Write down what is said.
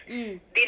m